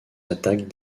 attaques